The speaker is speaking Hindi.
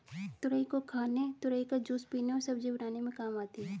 तुरई को खाने तुरई का जूस पीने और सब्जी बनाने में काम आती है